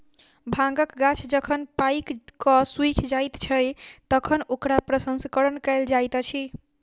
भांगक गाछ जखन पाइक क सुइख जाइत छै, तखन ओकरा प्रसंस्करण कयल जाइत अछि